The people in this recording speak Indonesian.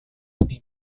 lebih